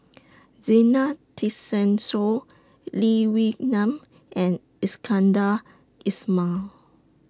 Zena Tessensohn Lee Wee Nam and Iskandar Ismail